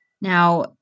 Now